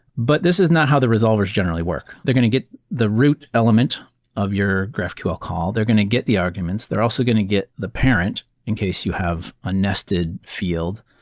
but this is not how the resolvers generally work. they're going to get the root element of your graphql call. they're going to get the arguments. they're also going to get the parent, in case you have a nested field,